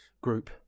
group